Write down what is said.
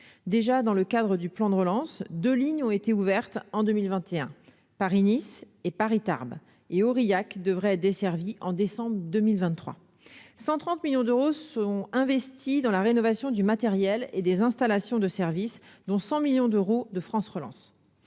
déjà dans le cadre du plan de relance de lignes ont été ouvertes en 2021 Paris-Nice et Paris-Tarbes et Aurillac devrait être desservis en décembre 2023 130 millions d'euros seront investis dans la rénovation du matériel et des installations de service, dont 100 millions d'euros de France relance